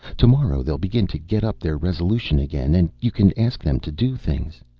to-morrow they'll begin to get up their resolution again, and you can ask them to do things.